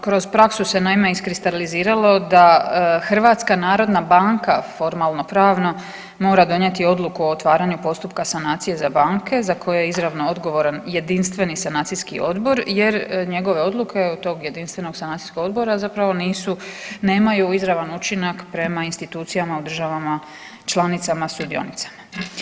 Kroz praksu se naime iskristaliziralo da HNB formalnopravno mora donijeti odluku o otvaranju postupka sanacije za banke za koje je izravno odgovoran Jedinstveni sanacijski odbor jer njegove odluke od tog Jedinstvenog sanacijskog odbora zapravo nisu, nemaju izravan učinak prema institucijama u državama članicama sudionicama.